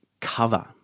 cover